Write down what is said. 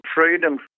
freedom